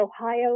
Ohio